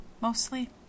mostly